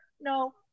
no